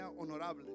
honorable